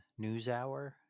NewsHour